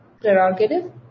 prerogative